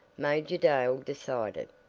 major dale decided.